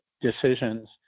decisions